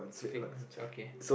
fake ones okay